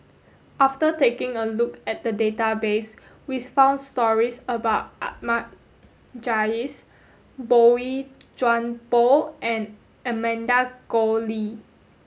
after taking a look at the database we found stories about Ahmad Jais Boey Chuan Poh and Amanda Koe Lee